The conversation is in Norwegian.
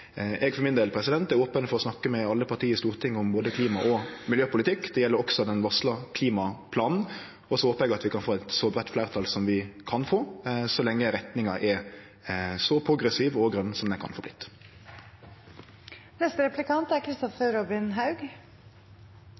Eg er for min del open for å snakke med alle parti i Stortinget om klima- og miljøpolitikk. Det gjeld også den varsla klimaplanen, og så håpar eg at vi kan få eit så breitt fleirtal som vi kan få, så lenge retninga er så progressiv og grøn som ho kan